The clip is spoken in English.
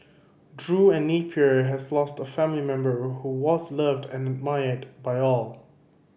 Drew and Napier has lost a family member who was loved and admired by all